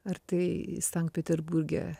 ar tai sankt peterburge